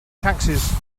taxes